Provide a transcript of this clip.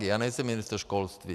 Já nejsem ministr školství.